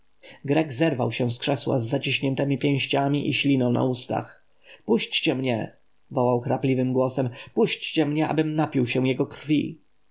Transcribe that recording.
zerwał się z krzesła z zaciśniętemi pięściami i śliną na ustach puśćcie mnie wołał chrapliwym głosem puśćcie mnie abym napił się jego krwi